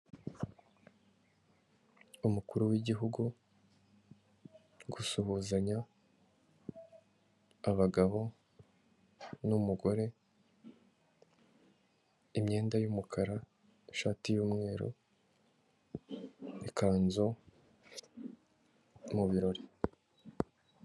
Umukuru w'igihugu, gusuhuzanya, abagabo n'umugore, imyenda y'umukara, ishati y'umweru, ikanzu mu birori.